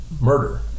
murder